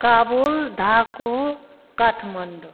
Kabul Dhaka Kathmandu